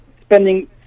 spending